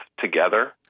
together